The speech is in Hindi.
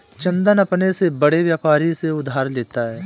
चंदन अपने से बड़े व्यापारी से उधार लेता है